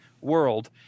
world